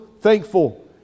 thankful